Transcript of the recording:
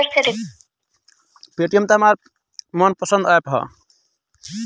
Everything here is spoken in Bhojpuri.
पेटीएम त हमार मन पसंद ऐप ह